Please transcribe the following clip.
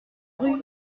rue